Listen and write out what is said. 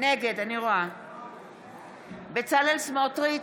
נגד בצלאל סמוטריץ'